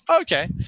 Okay